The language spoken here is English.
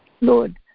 Lord